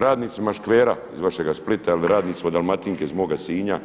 Radnicima škvera iz vašeg Splita ili radnicima Dalmatinke iz moga Sinja